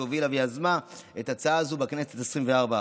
שהובילה ויזמה את ההצעה הזו בכנסת העשרים-וארבע.